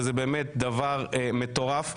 וזה באמת דבר מטורף,